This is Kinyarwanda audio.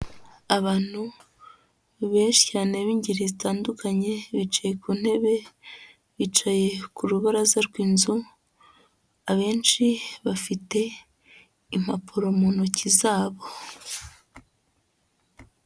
Abantu benshi cyane b'ingeri zitandukanye, bicaye ku ntebe, bicaye ku rubaraza rw'inzu, abenshi bafite impapuro mu ntoki zabo.